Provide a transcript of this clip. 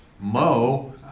Mo